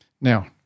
Now